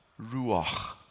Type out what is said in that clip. Ruach